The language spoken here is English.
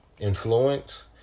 influence